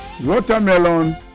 watermelon